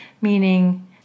meaning